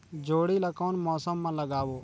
जोणी ला कोन मौसम मा लगाबो?